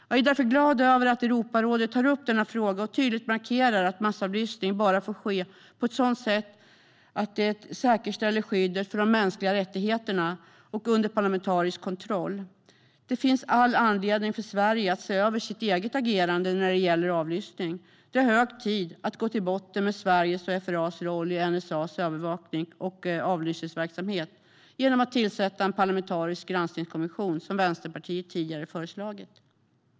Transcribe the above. Jag är därför glad att Europarådet tar upp denna fråga och tydligt markerar att massavlyssning bara får ske på ett sådant sätt att det säkerställer skyddet för de mänskliga rättigheterna och står under parlamentarisk kontroll. Det finns all anledning för Sverige att se över sitt eget agerande när det gäller avlyssning. Det är hög tid att gå till botten med Sveriges och FRA:s roll i NSA:s övervaknings och avlyssningsverksamhet genom att tillsätta en parlamentarisk granskningskommission, som Vänsterpartiet tidigare föreslagit.